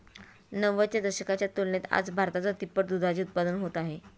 नव्वदच्या दशकाच्या तुलनेत आज भारतात तिप्पट दुधाचे उत्पादन होत आहे